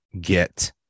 get